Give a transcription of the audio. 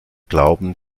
glauben